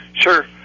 Sure